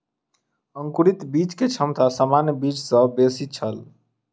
अंकुरित बीज के क्षमता सामान्य बीज सॅ बेसी छल